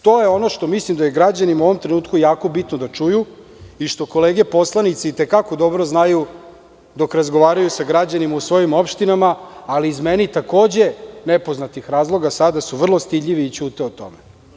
To je ono što mislim da je građanima u ovom trenutku jako bitno da čuju i što kolege poslanici i te kako dobro znaju dok razgovaraju sa građanima u svojim opštinama, ali, iz meni takođe nepoznatih razloga, sada su vrlo stidljivi i ćute o tome.